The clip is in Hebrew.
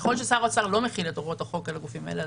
ככל ששר האוצר לא מחיל את הוראות החוק על הגופים האלה,